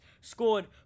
scored